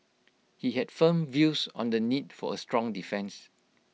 he had firm views on the need for A strong defence